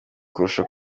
kurusha